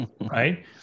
Right